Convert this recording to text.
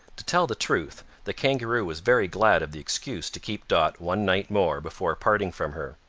to tell the truth, the kangaroo was very glad of the excuse to keep dot one night more before parting from her.